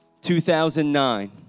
2009